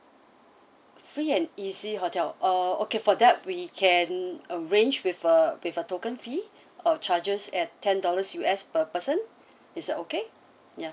free and easy hotel uh okay for that we can arrange with a with a token fee of charges at ten dollars U_S per person is it okay ya